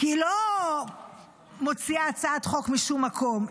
היא לא מוציאה הצעת חוק משום מקום.